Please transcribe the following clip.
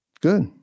Good